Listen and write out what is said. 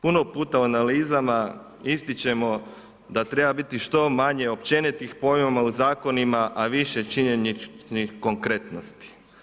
Puno puta u analizama ističemo da treba biti što manje općeniti pojmova u zakonima, a više činjeničnih konkretnosti.